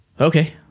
okay